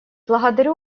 благодарю